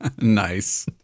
Nice